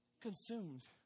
consumed